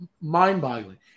mind-boggling